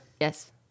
Yes